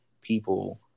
people